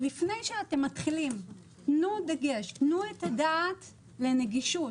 לפני שאתם מתחילים תנו את הדעת לנגישות,